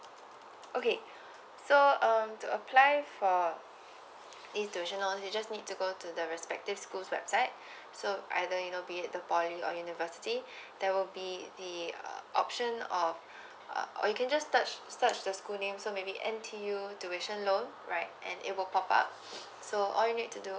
okay so um to apply for this tuition loan you just need to go to the respective schools website so either you know be at the poly or university there will be the uh option or uh or you can just search search the school name so maybe N_T_U tuition loan right and it will pop up so all you need to do